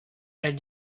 elle